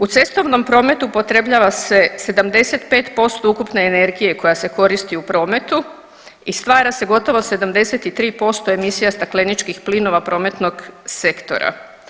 U cestovnom prometu upotrebljava se 75% ukupne energije koja se koristi u prometu i stvara se gotovo 73% emisija stakleničkih plinova prometnog sektora.